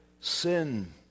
sin